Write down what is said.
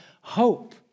hope